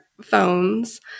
phones